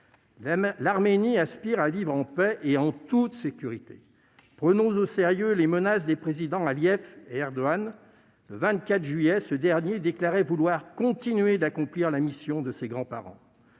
L'Arménie aspire à vivre en paix et en toute sécurité. Prenons au sérieux les menaces des présidents Aliyev et Erdogan. Le 24 juillet, ce dernier déclarait vouloir « continuer d'accomplir la mission de ses grands-parents